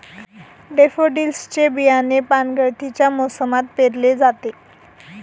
daffodils चे बियाणे पानगळतीच्या मोसमात पेरले जाते